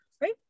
right